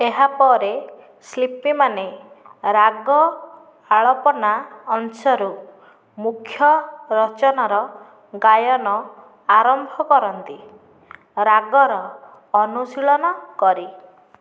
ଏହାପରେ ଶିଳ୍ପୀମାନେ ରାଗ ଆଳାପନା ଅଂଶରୁ ମୁଖ୍ୟ ରଚନାର ଗାୟନ ଆରମ୍ଭ କରନ୍ତି ରାଗର ଅନୁଶୀଳନ କରି